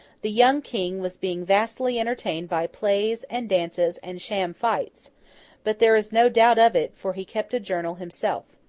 the young king was being vastly entertained by plays, and dances, and sham fights but there is no doubt of it, for he kept a journal himself.